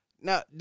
Now